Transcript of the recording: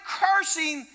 cursing